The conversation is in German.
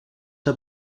der